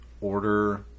order